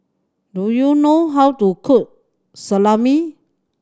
do you know how to cook Salami